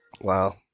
Wow